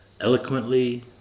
Eloquently